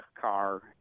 car